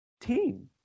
team